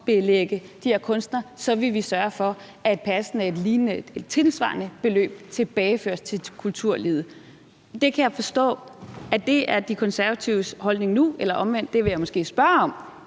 de her kunstnere, vil vi sørge for, at et tilsvarende beløb tilbageføres til kulturlivet. Det kan jeg forstå er De Konservatives holdning nu, eller jeg vil måske snarere